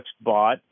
bought